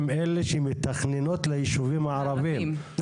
הם אלה שמתכננות ליישובים הערבים.